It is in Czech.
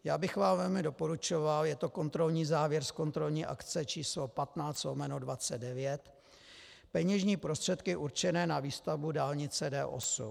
Velmi bych vám doporučoval, je to kontrolní závěr z kontrolní akce číslo 15/29, peněžní prostředky určené na výstavbu dálnice D8.